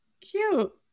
Cute